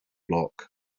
block